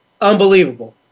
unbelievable